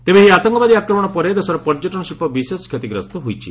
ତେବେ ଏହି ଆତଙ୍କବାଦୀ ଆକ୍ରମଣ ପରେ ଦେଶର ପର୍ଯ୍ୟଟନ ଶିଳ୍ପ ବିଶେଷ କ୍ଷତିଗ୍ରସ୍ତ ହୋଇଛି